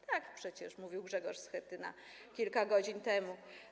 Tak przecież mówił Grzegorz Schetyna kilka godzin temu.